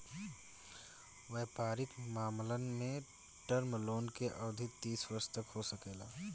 वयपारिक मामलन में टर्म लोन के अवधि तीस वर्ष तक हो सकेला